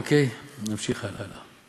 אוקיי, נמשיך הלאה.